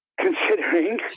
considering